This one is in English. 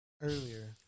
earlier